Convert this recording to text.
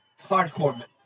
Hardcore